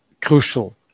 crucial